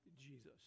Jesus